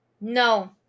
No